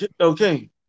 okay